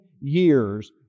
years